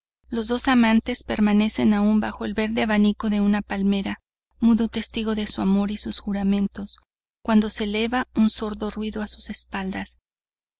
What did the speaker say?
los dos amantes permanecen aun bajo el verde abanico de una palmera mudo testigo de su amor y sus juramentos cuando se eleva un sordo ruido a sus espaldas